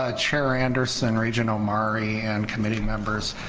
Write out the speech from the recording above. ah chair anderson, regent omari, and committee members,